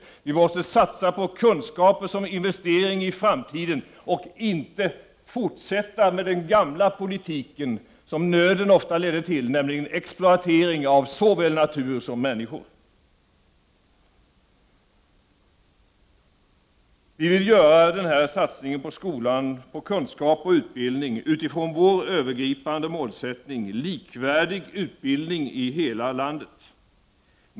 Vi måste satsa på kunskaper som investering i framtiden och inte fortsätta med den gamla politiken, som nöden ofta leder till, nämligen exploatering av såväl natur som människor. Vi vill göra denna satsning på skolan, kunskaper och utbildning utifrån vår övergripande målsättning — likvärdig utbildning i hela landet.